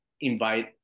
invite